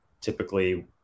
typically